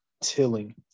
tilling